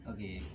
Okay